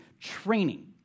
training